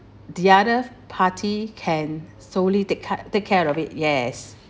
the other party can solely take car~ take care of it yes